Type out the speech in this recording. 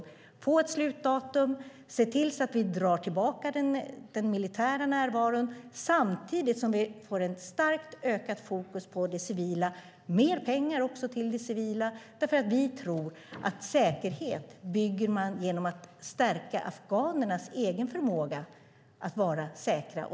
Det handlar om att få ett slutdatum och att se till att vi drar tillbaka den militära närvaron samtidigt som vi får ett starkt ökat fokus på det civila, och också mer pengar till det civila. Vi tror nämligen att man bygger säkerhet genom att stärka afghanernas egen förmåga att vara säkra.